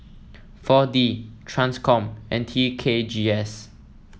four D Transcom and T K G S